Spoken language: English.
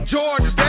George